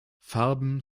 farben